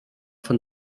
von